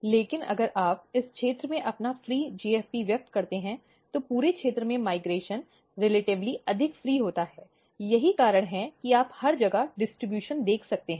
लेकिन अगर आप इस क्षेत्र में अपना फ्री GFP व्यक्त करते हैं तो पूरे क्षेत्र में माइग्रेशन अपेक्षाकृत अधिक फ्री होता है यही कारण है कि आप हर जगह वितरणदेख सकते हैं